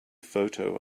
photo